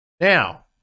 Now